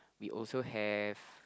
we also have